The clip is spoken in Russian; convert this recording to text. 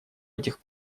этих